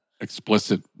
explicit